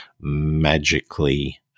magically